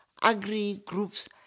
agri-groups